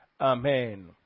Amen